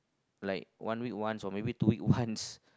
like one week once or maybe two week once